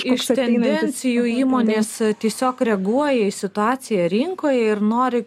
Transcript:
iš tendencijų įmonės tiesiog reaguoja į situaciją rinkoje ir nori